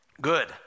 Good